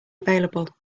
available